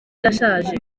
irashaje